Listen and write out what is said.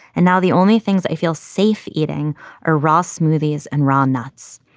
and now the only things i feel safe eating are raw smoothies and ron nuts.